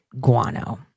guano